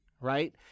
Right